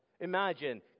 Imagine